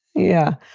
yeah.